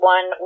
One